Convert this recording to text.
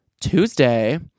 Tuesday